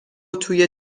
توی